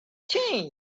change